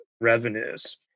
revenues